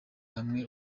hamwe